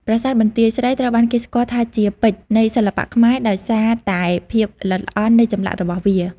ប្រាសាទបន្ទាយស្រី ត្រូវបានគេស្គាល់ថាជា ពេជ្រនៃសិល្បៈខ្មែរ ដោយសារតែភាពល្អិតល្អន់នៃចម្លាក់របស់វា។